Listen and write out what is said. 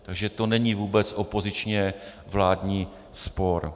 Takže to není vůbec opozičněvládní spor.